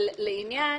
אבל לעניין